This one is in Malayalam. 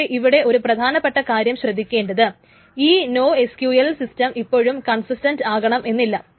പക്ഷേ ഇവിടെ ഒരു പ്രധാനപ്പെട്ട കാര്യം ശ്രദ്ധിക്കേണ്ടത് ഈ നോഎസ്ക്യൂഎൽ സിസ്റ്റം ഇപ്പോഴും കൺസിസ്റ്റന്റ് ആകണമെന്നില്ല